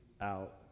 out